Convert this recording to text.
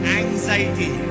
anxiety